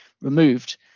removed